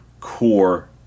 core